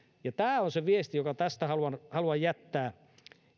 tämä on se viesti jonka tästä haluan jättää